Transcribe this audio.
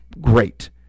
great